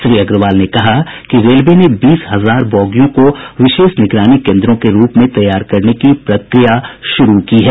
श्री अग्रवाल ने कहा कि रेलवे ने बीस हजार बोगियों को विशेष निगरानी केन्द्रों के रूप में तैयार करने की प्रक्रिया शुरू की है